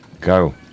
Go